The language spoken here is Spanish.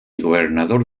gobernador